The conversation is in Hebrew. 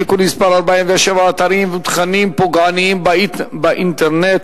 (תיקון מס' 47) (אתרים ותכנים פוגעניים באינטרנט),